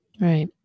right